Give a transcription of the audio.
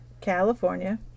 California